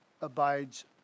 abides